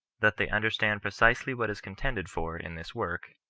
that they understand precisely what is contended for in this work,